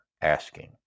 asking